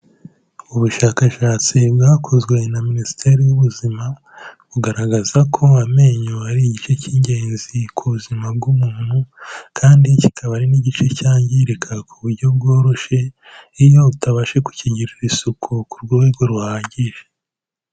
ubushakashatsi bwakozwe na Minisiteri y'ubuzima, bugaragaza ko amenyo ari igice cy'ingenzi ku buzima bw'umuntu, kandi kikaba ari n'igice cyangirika ku buryo bworoshye, iyo utabashije gukigirira isuku ku rwego ruhagije.